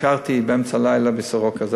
ביקרתי באמצע הלילה בבית-חולים סורוקה,